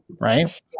right